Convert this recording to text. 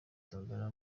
tanzania